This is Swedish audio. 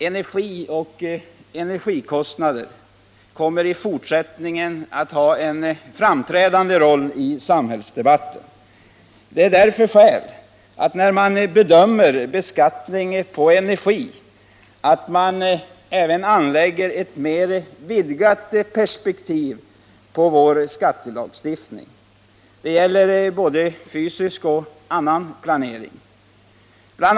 Energin och energikostnaderna kommer i fortsättningen att ha en framträdande roll i samhällsdebatten. Det finns därför skäl för att, när man bedömer beskattning på energi, även anlägga ett mer vidgat perspektiv på vår skattelagstiftning. Det gäller både fysisk och annan planering. Bl.